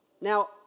Now